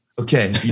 Okay